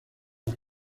las